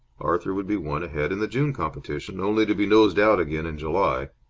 arthur would be one ahead in the june competition, only to be nosed out again in july.